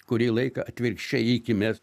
kurį laiką atvirkščiai iki mes